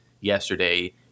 yesterday